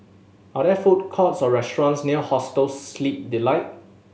are there food courts or restaurants near Hostel Sleep Delight